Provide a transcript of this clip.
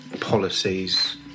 policies